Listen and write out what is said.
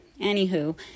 anywho